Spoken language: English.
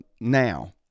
now